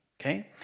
Okay